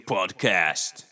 Podcast